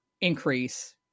increase